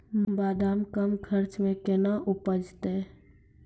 बादाम कम खर्च मे कैना उपजते?